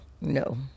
no